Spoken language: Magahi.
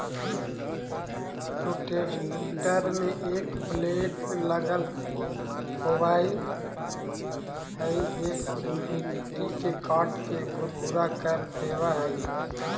रोटेटर में एक ब्लेड लगल होवऽ हई जे मट्टी के काटके भुरभुरा कर देवऽ हई